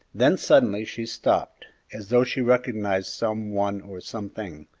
then suddenly she stopped, as though she recognized some one or something,